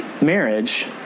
marriage